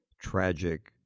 tragic